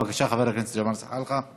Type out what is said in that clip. בבקשה, חבר הכנסת ג'מאל זחאלקה.